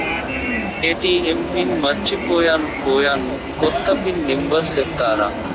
ATM pin మర్చిపోయాను పోయాను, కొత్త పిన్ నెంబర్ సెప్తారా?